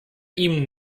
ihm